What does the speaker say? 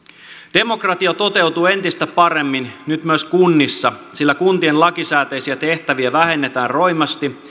demokratia toteutuu entistä paremmin nyt myös kunnissa sillä kuntien lakisääteisiä tehtäviä vähennetään roimasti